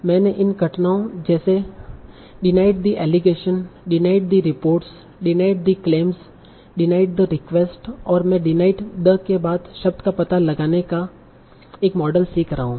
मैंने इन कई घटनाओं जैसे denied the allegation denied the reports denied the claims denied the request और मैं डिनाइड द के बाद शब्द का पता लगाने का एक मॉडल सीख रहा हूं